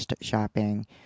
shopping